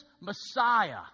Messiah